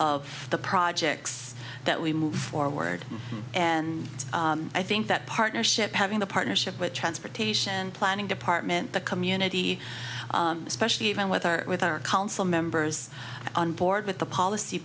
of the projects that we move forward and i think that partnership having a partnership with transportation planning department the community especially even with our with our council members on board with the policy